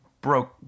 broke